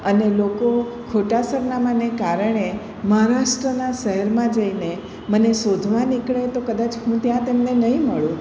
અને લોકો ખોટા સરનામાને કારણે મહારાષ્ટ્રના શહેરમાં જઈને મને શોધવા નીકળે તો કદાચ હું ત્યાં તેમને નહીં મળું